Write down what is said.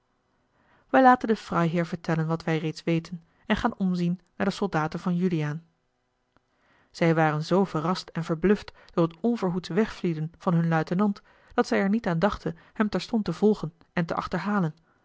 wij laten den freiherr vertellen wat wij reeds weten en gaan omzien naar de soldaten van juliaan zij waren zoo verrast en verbluft door het onverhoeds wegvlieden van hun luitenant dat zij er niet aan dachten hem terstond te volgen en te achterhalen